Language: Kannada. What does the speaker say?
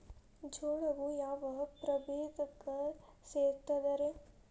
ಜೋಳವು ಯಾವ ಪ್ರಭೇದಕ್ಕ ಸೇರ್ತದ ರೇ?